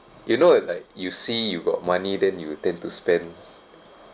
you know it like you see you got money then you'll tend to spend